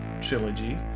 trilogy